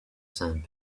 sand